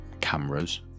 cameras